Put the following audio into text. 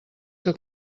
que